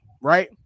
right